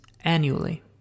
annually